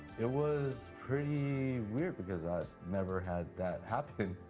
it was pretty weird, because i've never had that happen.